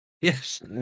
Yes